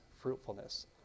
fruitfulness